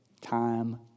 time